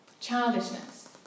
Childishness